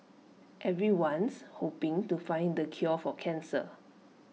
everyone's hoping to find the cure for cancer